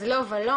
אז לא ולא,